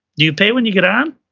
do you pay when you get on,